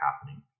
happening